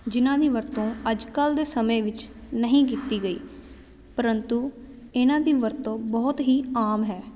ਜਿਹਨਾਂ ਦੀ ਵਰਤੋਂ ਅੱਜ ਕੱਲ੍ਹ ਦੇ ਸਮੇਂ ਵਿੱਚ ਨਹੀਂ ਕੀਤੀ ਗਈ ਪਰੰਤੂ ਇਹਨਾਂ ਦੀ ਵਰਤੋਂ ਬਹੁਤ ਹੀ ਆਮ ਹੈ